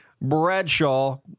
Bradshaw